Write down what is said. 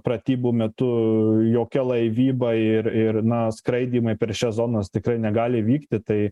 pratybų metu jokia laivyba ir ir na skraidymai per šias zonas tikrai negali vykti tai